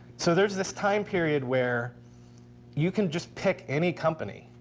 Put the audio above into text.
so there's this time period where you can just pick any company,